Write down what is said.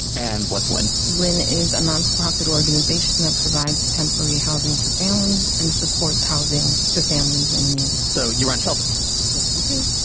and what's one win is a non-profit organization that provides temporary housing to families and support housing to families in need so you run shelters? yes, we do.